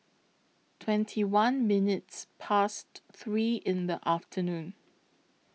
twenty one minutes Past three in The afternoon